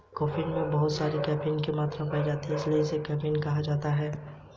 मैंने बहुतों को स्टॉक मार्केट में पैसा गंवाते देखा हैं